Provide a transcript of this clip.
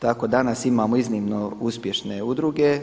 Tako danas imamo iznimno uspješne udruge.